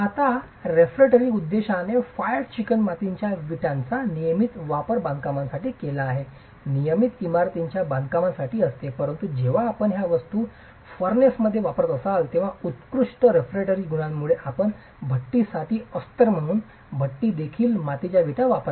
आता रेफ्रेक्टरी उद्देशाने फायर्ड चिकणमातीच्या वीटांचा नियमित वापर बांधकामांसाठी आहे नियमित इमारतींच्या बांधकामासाठी असते परंतु जेव्हा आपण या वस्तू फर्नेसेस मध्ये वापरत असाल तेव्हा उत्कृष्ट रेफ्रेक्टरी गुणांमुळे आपण भट्टीसाठी अस्तर म्हणून भट्टीसाठी देखील मातीच्या विटा वापरल्या